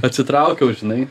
atsitraukiau žinai